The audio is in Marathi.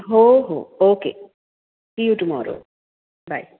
हो हो okay see you tomorrow bye